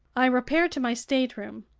i repaired to my stateroom.